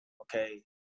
Okay